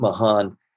Mahan